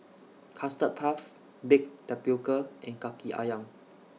Custard Puff Baked Tapioca and Kaki Ayam